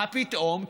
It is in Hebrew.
מה פתאום,